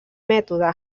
mètode